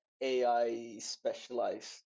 AI-specialized